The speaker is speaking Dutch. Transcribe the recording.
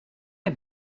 het